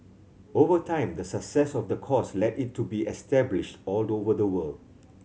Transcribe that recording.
over time the success of the course led it to be established all over the world